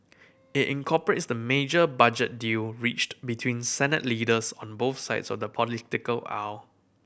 it incorporates the major budget deal reached between Senate leaders on both sides of the political aisle